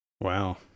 Wow